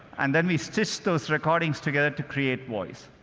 and then we stitched those recordings together to create voice.